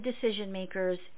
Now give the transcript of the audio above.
decision-makers